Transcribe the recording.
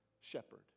shepherd